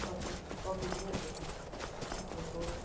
coffee coffee पनि अब किसिम किसिमको